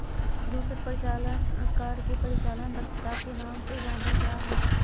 दूसर प्रकार के परिचालन दक्षता के नाम से जानल जा हई